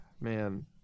man